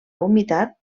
humitat